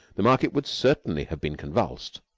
the market would certainly have been convulsed.